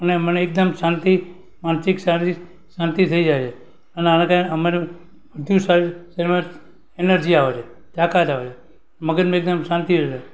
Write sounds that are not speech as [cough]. અને મને એક દમ શાંતિ માનસિક શારીરિક શાંતિ થઈ જાય છે અને આ અમારે [unintelligible] એનર્જિ આવે છે તાકાત આવે મગજમાં એકદમ શાંતિ આવી જાય